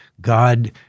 God